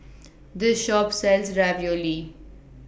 This Shop sells Ravioli